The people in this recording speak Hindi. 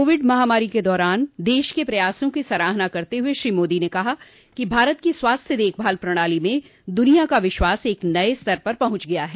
कोविड महामारी के दौरान देश के प्रयासों की सराहना करते हुए श्री मोदी ने कहा कि भारत की स्वास्थ्य देखभाल प्रणाली में दुनिया का विश्वास एक नए स्तर पर पहुंच गया है